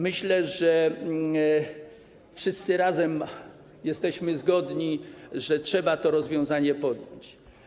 Myślę, że wszyscy razem jesteśmy zgodni, że trzeba to rozwiązanie przyjąć.